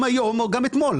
גם היום או גם אתמול.